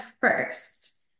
first